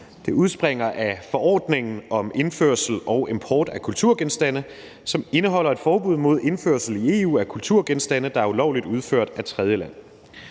jo udspringer af forordningen om indførsel og import af kulturgenstande, som indeholder et forbud mod indførsel i EU af kulturgenstande, der er ulovligt udført af tredjelande.